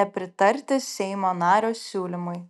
nepritarti seimo nario siūlymui